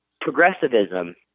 Progressivism